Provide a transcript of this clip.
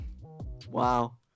Wow